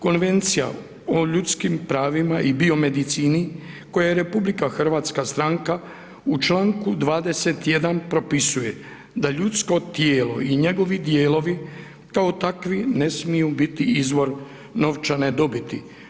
Konvencija o ljudskim pravima i biomedicini koja je RH stranka u čl. 21. propisuje da ljudsko tijelo i njegovi dijelovi kao takvi ne smiju biti izvor novčane dobiti.